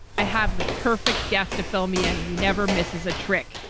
i have the perfect guest to fill me in. he never misses a trick.